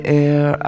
air